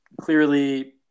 Clearly